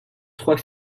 trois